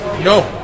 No